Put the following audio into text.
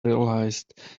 realized